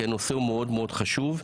הנושא מאוד מאוד חשוב.